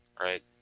Right